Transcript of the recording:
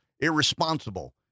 irresponsible